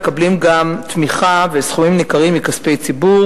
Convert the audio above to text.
מקבלים גם תמיכה וסכומים ניכרים מכספי ציבור